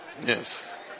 yes